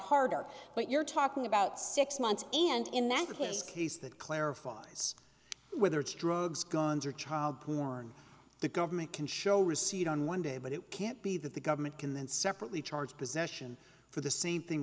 harder but you're talking about six months and in that this case that clarifies whether it's drugs guns or child porn the government can show receipt on one day but it can't be that the government can then separately charge possession for the same thing